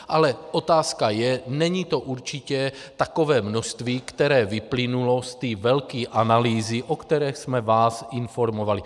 Ale otázka je, není to určitě takové množství, které vyplynulo z té velké analýzy, o které jsme vás informovali.